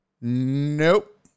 nope